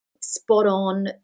spot-on